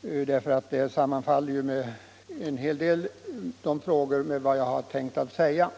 därför att de frågor som där berörs till stor del sammanfaller med vad jag tänkt säga.